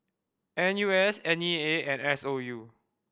N U S N E A and S O U